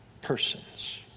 persons